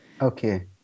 Okay